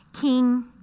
King